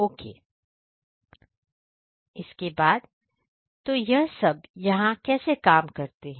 okay इसके बाद okay तो यह सब यहां कैसे काम कर रहा है